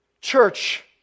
Church